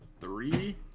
three